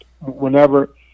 Whenever